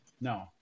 No